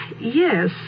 yes